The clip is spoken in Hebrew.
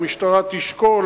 "המשטרה תשקול",